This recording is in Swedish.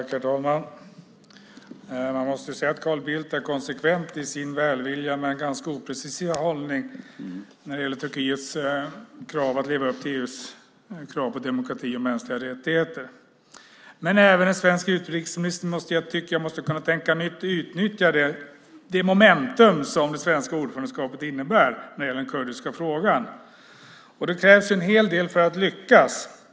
Herr talman! Man måste ju säga att Carl Bildt är konsekvent i sin välvilliga men ganska oprecisa hållning när det gäller att Turkiet måste leva upp till EU:s krav på demokrati och mänskliga rättigheter. Men även en svensk utrikesminister måste kunna tänka nytt och utnyttja det momentum som det svenska ordförandeskapet innebär för den kurdiska frågan. Det krävs en hel del för att lyckas.